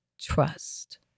trust